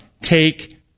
take